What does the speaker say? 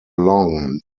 long